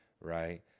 right